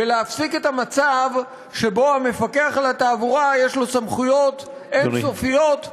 ולהפסיק את המצב שבו למפקח על התעבורה יש סמכויות אין-סופיות,